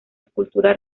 escultura